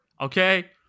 okay